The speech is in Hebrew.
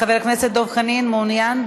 חבר הכנסת דב חנין, מעוניין?